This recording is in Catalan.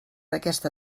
aquesta